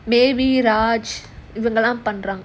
maybe raj இவங்கல்லாம் பண்றாங்க:ivangalam pandraanga